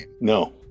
No